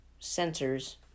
sensors